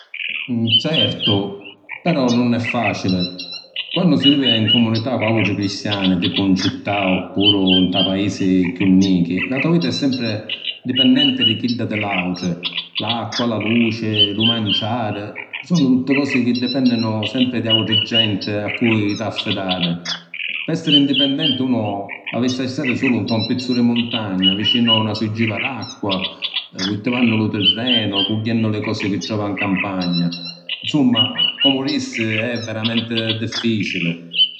Certu, però nun è facili. Quannu si vivi ‘n cumunità cu autri cristiani, tipu ‘n cità o puru nta paisi chiù nichi, la to’ vita è sempri dipennenti di chidda di l’autri. L’acqua, la luci, lu manciàri, sunnu tutti cosi chi dipenninu sempri di autri genti a cu’ t’affidari. Pi essiri indipendenti unu avissi stari sulu nta un pizzu di muntagna, vicinu ‘na surgiva d’acqua, cultivannu lu tirrenu o cugghiennu li cosi chi trova ‘n campagna. ‘Nzumma, comu dissi è veramenti difficili.